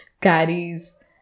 carries